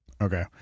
Okay